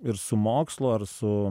ir su mokslu ar su